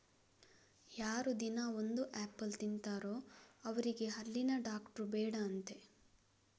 ಯಾರು ದಿನಾ ಒಂದು ಆಪಲ್ ತಿಂತಾರೋ ಅವ್ರಿಗೆ ಹಲ್ಲಿನ ಡಾಕ್ಟ್ರು ಬೇಡ ಅಂತೆ